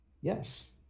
Yes